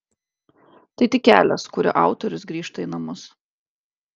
tai tik kelias kuriuo autorius grįžta į namus